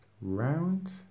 round